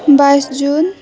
बाइस जुन